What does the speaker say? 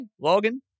Logan